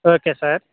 okay sir